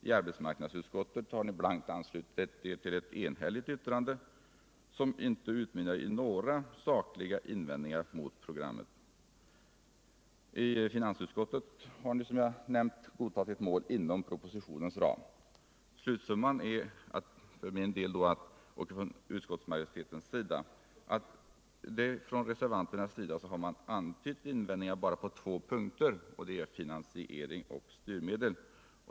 I arbetsmarknadsutskottet har ni blankt anslutit er till ett enhälligt yttrande, som inte utmynnar i några sakliga invändningar mot programmet. I finansutskottet har ni. som jag nämnt, godtagit ett mål inom propositionens ram. Slutsatsen blir att det från reservanternas sida har antytts invändningar bara på två punkter: i fråga om finansiering och styrmedel.